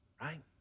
right